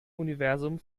universum